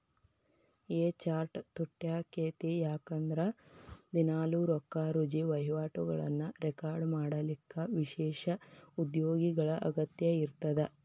A chart ತುಟ್ಯಾಕ್ಕೇತಿ ಯಾಕಂದ್ರ ದಿನಾಲೂ ರೊಕ್ಕಾರುಜಿ ವಹಿವಾಟುಗಳನ್ನ ರೆಕಾರ್ಡ್ ಮಾಡಲಿಕ್ಕ ವಿಶೇಷ ಉದ್ಯೋಗಿಗಳ ಅಗತ್ಯ ಇರ್ತದ